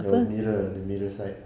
the mirror the mirror side